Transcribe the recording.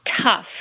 tough